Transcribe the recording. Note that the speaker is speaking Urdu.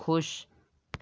خوش